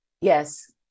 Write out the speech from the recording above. Yes